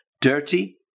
dirty